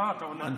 אה, אתה עונה.